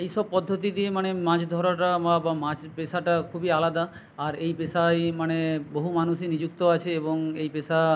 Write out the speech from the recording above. এইসব পদ্ধতি দিয়ে মানে মাছ ধরাটা বা মাছ পেশাটা খুবই আলাদা আর এই পেশায় মানে বহু মানুষই নিযুক্ত আছে এবং এই পেশা